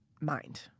Mind